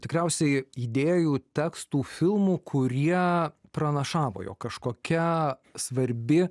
tikriausiai idėjų tekstų filmų kurie pranašavo jog kažkokia svarbi